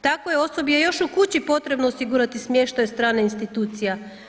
Takvoj osobi je još u kući potrebno osigurati smještaj stranih institucija.